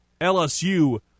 LSU